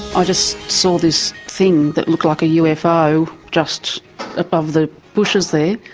ah just saw this thing that looked like a ufo just above the bushes there,